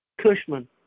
Cushman